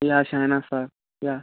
യാ Shahnaz sir യാ